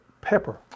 pepper